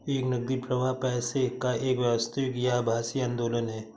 एक नकदी प्रवाह पैसे का एक वास्तविक या आभासी आंदोलन है